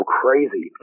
crazy